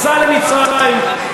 סע למצרים.